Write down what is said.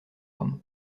rhum